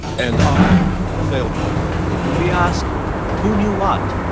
and i failed you we ask who knew what,